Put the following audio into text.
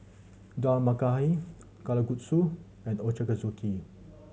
Dal Makhani Kalguksu and Ochazuke